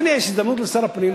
אז הנה יש הזדמנות לשר הפנים,